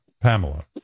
Pamela